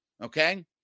okay